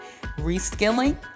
Reskilling